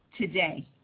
today